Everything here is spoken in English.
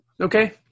Okay